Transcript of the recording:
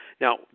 now